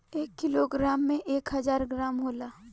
एक किलोग्राम में एक हजार ग्राम होला